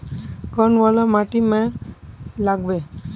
कौन वाला माटी में लागबे?